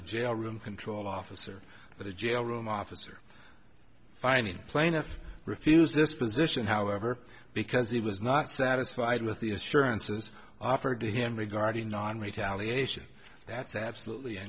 a jail room control officer but a jail room officer finding plaintiff refuse this position however because he was not satisfied with the assurance is offered to him regarding non retaliation that's absolutely